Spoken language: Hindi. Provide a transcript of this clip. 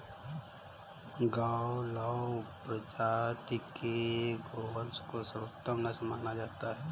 गावलाव प्रजाति के गोवंश को सर्वोत्तम नस्ल माना गया है